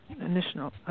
initial